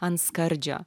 ant skardžio